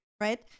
right